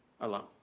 alone